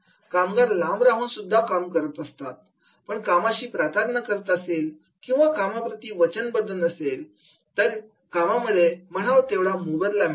कामगार लांब राहून काम करत असला पण कामाशी प्रतारणा करत असेल किंवा कामाप्रती वचनबद्ध नसेल तरीसुद्धा कामांमधून म्हणावा तितका मोबदला मिळणार नाही